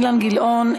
אילן גילאון,